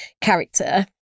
character